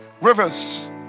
rivers